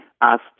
asked